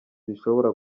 zishobora